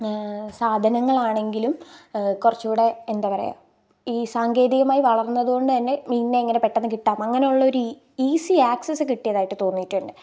സാധനങ്ങളാണെങ്കിലും കുറച്ചു കൂടെ എന്താണ് പറയുക ഈ സാങ്കേതികമായി വളർന്നത് കൊണ്ട് തന്നെ മീനിനെ എങ്ങനെ വളരെ പെട്ടെന്ന് കിട്ടാം അങ്ങിനെയുള്ള ഒരു ഈസി ആക്സിസ്സ് കിട്ടിയതായി തോന്നിയിട്ടുണ്ട്